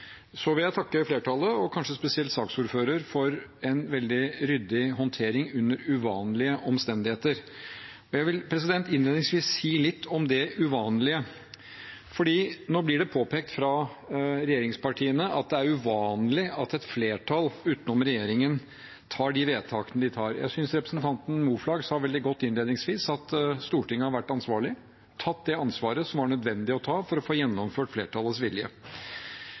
Så vil jeg takke flertallet og kanskje spesielt saksordføreren for en veldig ryddig håndtering under uvanlige omstendigheter, og jeg vil innledningsvis si litt om det uvanlige. For nå blir det påpekt fra regjeringspartiene at det er uvanlig at et flertall, utenom regjeringen, gjør de vedtakene de gjør. Jeg synes representanten Moflag sa det veldig godt innledningsvis, at Stortinget har vært ansvarlig og tatt det ansvaret som var nødvendig å ta for å få gjennomført flertallets vilje.